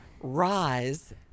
Rise